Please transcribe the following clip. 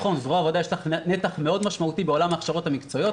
לזרוע העבודה יש נתח מאוד משמעותי בעולם ההכשרות המקצועיות,